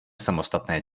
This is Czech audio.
samostatné